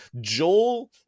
Joel